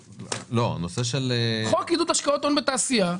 הנושא של --- חוק עידוד השקעות הון בתעשייה.